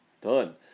Done